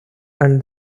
and